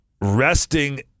resting